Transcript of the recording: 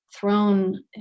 thrown